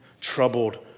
troubled